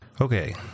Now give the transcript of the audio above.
Okay